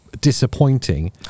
disappointing